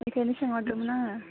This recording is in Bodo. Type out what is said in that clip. बेखौनो सोंहरदोंमोन आङो